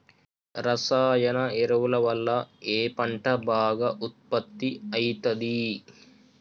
రసాయన ఎరువుల వల్ల ఏ పంట బాగా ఉత్పత్తి అయితది?